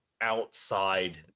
outside